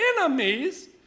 enemies